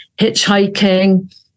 hitchhiking